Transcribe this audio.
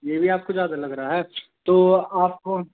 ये भी आपको ज्यादा लग रहा है तो आप अ